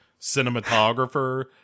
cinematographer